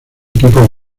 equipos